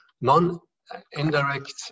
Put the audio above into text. Non-indirect